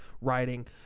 writing